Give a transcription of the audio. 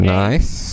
nice